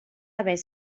haver